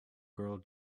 girl